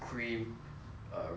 a rose flavour